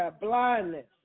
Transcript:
blindness